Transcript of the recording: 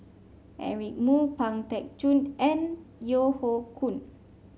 Eric Moo Pang Teck Joon and Yeo Hoe Koon